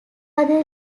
other